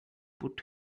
put